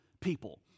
people